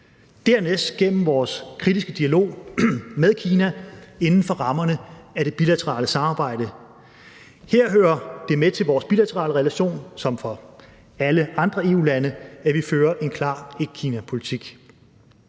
dernæst gennem vores kritiske dialog med Kina inden for rammerne af det bilaterale samarbejde. Her hører det med til vores bilaterale relation, som for alle andre EU-lande, at vi fører en klar etkinapolitik.